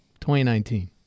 2019